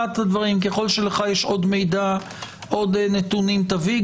ככל שלך יש עוד נתונים, תביא.